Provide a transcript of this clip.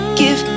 give